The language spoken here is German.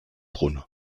brunnen